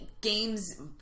games